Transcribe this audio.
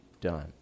done